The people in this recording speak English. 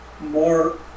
more